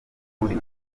muri